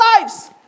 lives